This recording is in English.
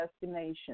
destination